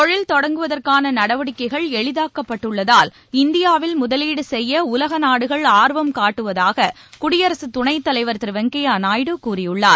தொழில் தொடங்குவதற்கான நடவடிக்கைகள் எளிதாக்கப்பட்டுள்ளதால் இந்தியாவில் முதலீடு செய்ய உலக நாடுகள் ஆர்வம் காட்டுவதாக குடியரசு துணைத் தலைவர் திரு வெங்கய்ய நாயுடு கூறியுள்ளார்